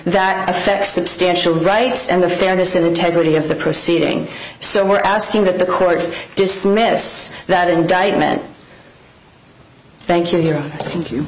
that effect substantial rights and the fairness and integrity of the proceeding so we're asking that the court dismiss that indictment thank you here thank you